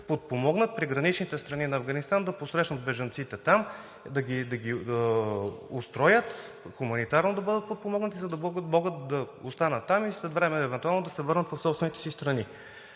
подпомогнат приграничните страни на Афганистан да посрещнат бежанците там, да ги устроят, хуманитарно да бъдат подпомогнати, за да могат да останат там и след време евентуално да се върнат в собствените си страни.